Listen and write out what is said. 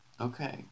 Okay